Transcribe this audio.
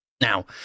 Now